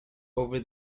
over